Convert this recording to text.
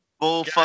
bull